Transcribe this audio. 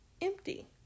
empty